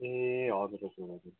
ए हजुर हजुर हजुर